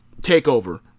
TakeOver